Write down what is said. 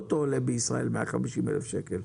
בישראל רכב עולה 150 אלף שקלים.